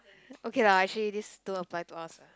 okay lah actually this don't apply to us ah